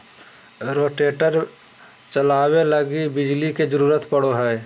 rotator चलावे लगी बिजली के जरूरत पड़ो हय